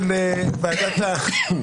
ולא צריך לעשות את זה בהוראת חוק.